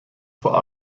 vor